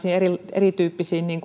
erityyppisten